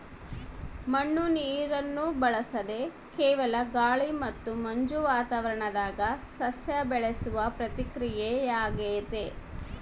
ಮಣ್ಣು ನೀರನ್ನು ಬಳಸದೆ ಕೇವಲ ಗಾಳಿ ಮತ್ತು ಮಂಜು ವಾತಾವರಣದಾಗ ಸಸ್ಯ ಬೆಳೆಸುವ ಪ್ರಕ್ರಿಯೆಯಾಗೆತೆ